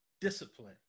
discipline